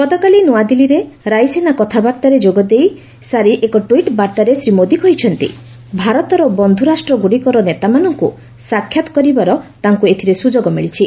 ଗତକାଲି ନ୍ତ୍ରଆଦିଲ୍ଲୀରେ ରାଇସିନା କଥାବାର୍ତ୍ତାରେ ଯୋଗଦେଇ ସାରି ଏକ ଟ୍ୱିଟ୍ ବାର୍ତ୍ତାରେ ଶ୍ରୀ ମୋଦି କହିଛନ୍ତି ଭାରତର ବନ୍ଧୁ ରାଷ୍ଟ୍ରଗୁଡ଼ିକର ନେତାମାନଙ୍କୁ ସାକ୍ଷାତ କରିବାର ତାଙ୍କୁ ଏଥିରେ ସୁଯୋଗ ମିଳିଛି